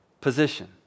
position